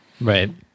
Right